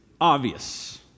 obvious